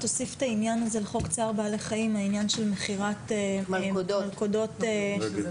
תוסיף את העניין הזה לחוק צער בעלי חיים העניין של מכירת מלכודות רגל.